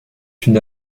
une